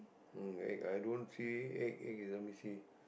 mm wait i don't see egg egg is a missy